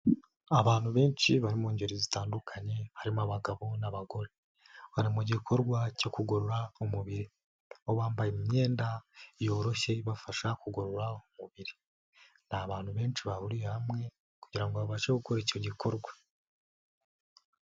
Abantu benshi bari mu ngeri zitandukanye, harimo abagabo n'abagore, bari mu gikorwa cyo kugorora umubiri, aho bambaye imyenda yoroshye ibafasha kugorora umubiri, ni abantu benshi bahuriye hamwe kugira ngo babashe gukora icyo gikorwa.